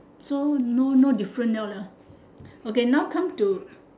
so no no different [liao] lah okay now come to